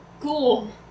Cool